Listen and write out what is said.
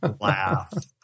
laugh